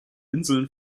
inseln